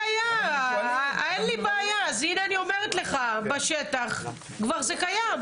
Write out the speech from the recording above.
הנה, אני אומרת לך שבשטח זה כבר קיים.